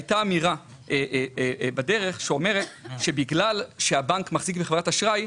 הייתה אמירה בדרך שאומרת שבגלל שהבנק מחזיק בחברת אשראי,